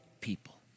people